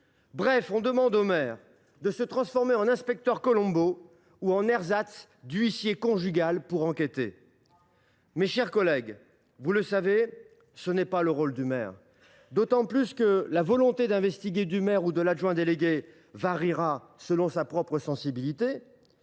Bref, on lui demande de se transformer en inspecteur Colombo ou en ersatz d’huissier conjugal pour enquêter. Bravo ! Mes chers collègues, comme vous le savez, ce n’est pas le rôle du maire, d’autant plus que sa volonté d’investiguer, ou celle de l’adjoint délégué, variera selon sa propre sensibilité.